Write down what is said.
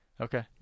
Okay